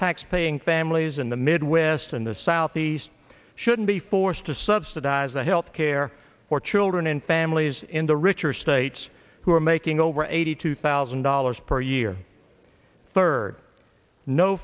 taxpaying families in the midwest and the southeast shouldn't be forced to subsidize the health care for children and families in the richer states who are making over eighty two thousand dollars per year third no